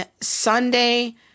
Sunday